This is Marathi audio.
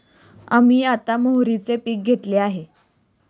आम्ही आता मोहरीचे पीक घेतले आहे